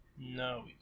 No